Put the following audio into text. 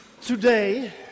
Today